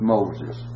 Moses